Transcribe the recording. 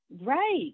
Right